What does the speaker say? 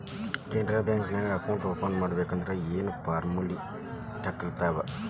Canara bank ನ್ಯಾಗ account open ಮಾಡ್ಬೇಕಂದರ ಯೇನ್ ಫಾರ್ಮಾಲಿಟಿಗಳಿರ್ತಾವ?